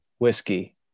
Whiskey